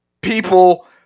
people